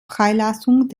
freilassung